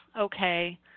okay